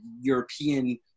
European